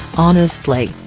honestly,